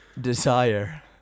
Desire